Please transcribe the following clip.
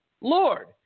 Lord